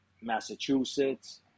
Massachusetts